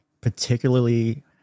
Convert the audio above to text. particularly